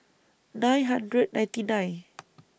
nine hundred ninety nine